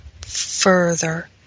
further